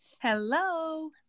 Hello